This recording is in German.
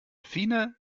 fine